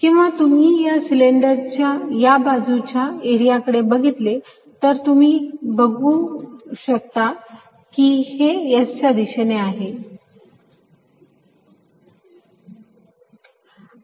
किंवा तुम्ही जर या सिलेंडर च्या या बाजूच्या एरिया कडे बघितले तर तुम्ही बघू शकता की हे S च्या दिशेने आहे